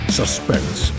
suspense